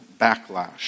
backlash